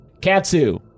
Katsu